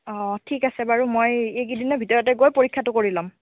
অহ ঠিক আছে বাৰু মই এই কেইদিনৰ ভিতৰতেই গৈ পৰীক্ষাটো কৰি লম